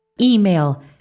email